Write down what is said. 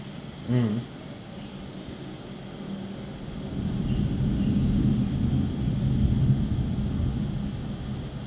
mm